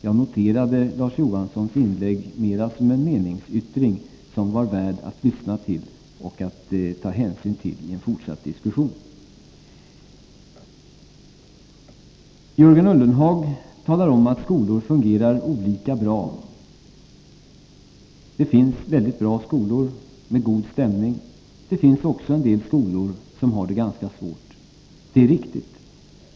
Jag noterade Larz Johanssons inlägg mer som en meningsyttring, som var värd att lyssna till och ta hänsyn till i en fortsatt diskussion. Jörgen Ullenhag talar om att skolor fungerar olika bra. Det finns väldigt bra skolor med god ställning. Det finns också en del skolor som har det ganska svårt. Det är riktigt.